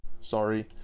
sorry